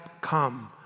come